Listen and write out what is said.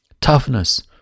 toughness